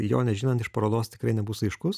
jo nežinant iš parodos tikrai nebus aiškus